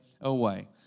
away